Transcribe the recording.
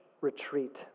retreat